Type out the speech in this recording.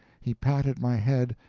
he patted my head,